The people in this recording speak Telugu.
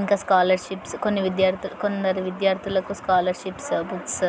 ఇంకా స్కాలర్షిప్స్ కొన్ని విద్యార్థులు కొందరి విద్యార్థులకు స్కాలర్షిప్స్ బుక్స్